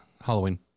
Halloween